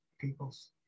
peoples